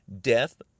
death